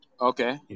Okay